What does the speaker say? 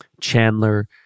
Chandler